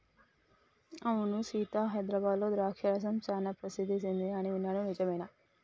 అవును సీత హైదరాబాద్లో ద్రాక్ష రసం సానా ప్రసిద్ధి సెదింది అని విన్నాను నిజమేనా